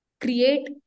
create